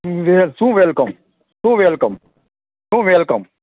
શું વેલકમ શું વેલકમ શું વેલકમ